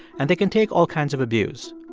and they can take all kinds of abuse.